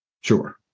Sure